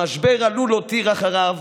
המשבר עלול להותיר אחריו